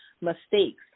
mistakes